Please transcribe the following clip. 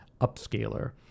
upscaler